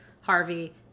Harvey